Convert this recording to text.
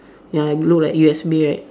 ya and look like U_S_B right